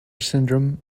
syndrome